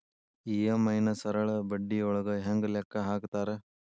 EMI ನ ಸರಳ ಬಡ್ಡಿಯೊಳಗ ಹೆಂಗ ಲೆಕ್ಕ ಹಾಕತಾರಾ